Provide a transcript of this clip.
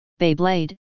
Beyblade